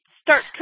start